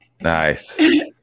Nice